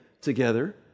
together